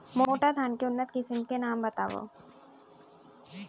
मोटा धान के उन्नत किसिम के नाम बतावव?